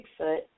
Bigfoot